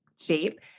shape